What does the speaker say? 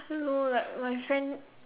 no like my friend